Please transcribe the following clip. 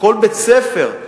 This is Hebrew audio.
בכל בית-ספר,